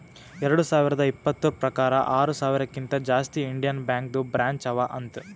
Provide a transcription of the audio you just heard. ಎರಡು ಸಾವಿರದ ಇಪ್ಪತುರ್ ಪ್ರಕಾರ್ ಆರ ಸಾವಿರಕಿಂತಾ ಜಾಸ್ತಿ ಇಂಡಿಯನ್ ಬ್ಯಾಂಕ್ದು ಬ್ರ್ಯಾಂಚ್ ಅವಾ ಅಂತ್